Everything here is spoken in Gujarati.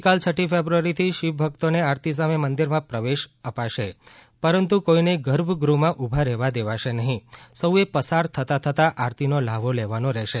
આવતીકાલ છઠી ફેબ્રુઆરીથી શિવ ભક્તોને આરતી સમયે મંદિરમાં પ્રવેશ આપશે પરંતુ કોઈને ગર્ભગૃહમાં ઊભા રહેવા દેવાશે નહીં સૌ એ પસાર થતાં થતાં આરતી નો લહાવો લેવાનો રહેશે